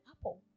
apple